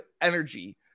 energy